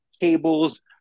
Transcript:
cables